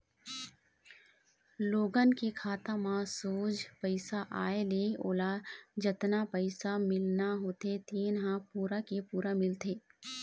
लोगन के खाता म सोझ पइसा आए ले ओला जतना पइसा मिलना होथे तेन ह पूरा के पूरा मिलथे